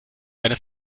eine